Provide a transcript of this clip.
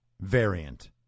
variant